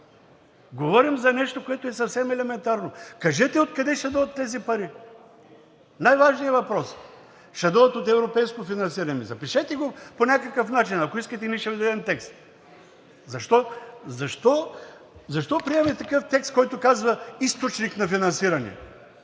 Говорим за нещо, което е съвсем елементарно. Кажете откъде ще дойдат тези пари – най-важният въпрос? Ще дойдат от европейско финансиране. Ами, запишете го по някакъв начин, ако искате, и ние ще Ви дадем текст. Защо, защо, защо приемаме такъв текст, който казва: „Източник на финансиране“?